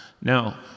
Now